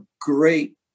great